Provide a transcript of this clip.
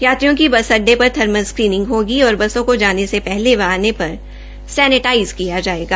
प्रवक्ता ने बताया कि यात्रियों की बस अड्डे पर थर्मल स्क्रीनिंग होगी और बसों को जाने से पहले व आने पर सैनेटाइज़ किया जायेगा